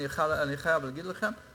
אני חייב להגיד לכם,